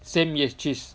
same yes cheese